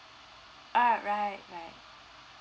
oh right right